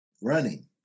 running